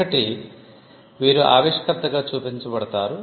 ఒకటి వీరు ఆవిష్కర్తగా చూపించబడతారు